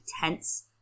tense